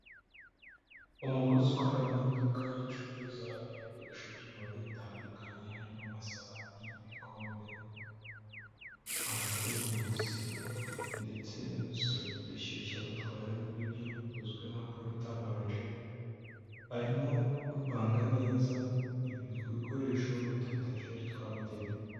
Umukozi ukora mu iduka ricuruza ibikoresho byo mu rugo bitandukanye, harimo, amasahani, ibikombe, amaterimusi ndetse n'udusorori dushyushya batwaramo ibiryo, tuzwi nka porutemanje, arimo gupanga neza bikoresho mutetageri twabugenewe